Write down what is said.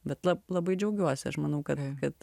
bet labai džiaugiuosi aš manau kad kad